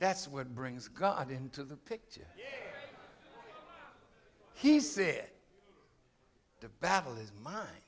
that's what brings god into the picture yet he said the battle is mine